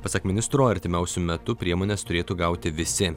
pasak ministro artimiausiu metu priemones turėtų gauti visi